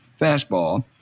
fastball